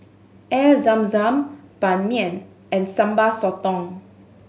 Air Zam Zam Ban Mian and Sambal Sotong